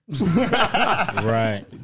right